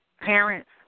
parents